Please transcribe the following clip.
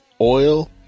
oil